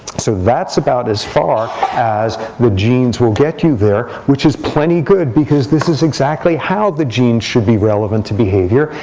so that's about as far as genes will get you there, which is plenty good, because this is exactly how the genes should be relevant to behavior.